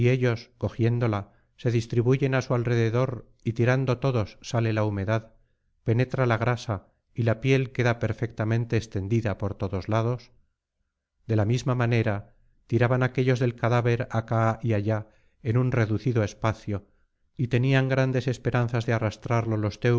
cogiéndola se distribuyen á su alrededor y tirando todos sale la humedad penetra la grasa y la piel queda perfectamente extendida por todos lados de la misma manera tiraban aquéllos del cadáver acá y allá en un reducido espacio y tenían grandes esperanzas de arrastrarlo los